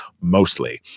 mostly